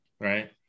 right